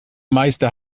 meister